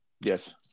Yes